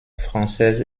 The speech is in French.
française